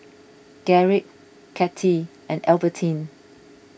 Garrick Kattie and Albertine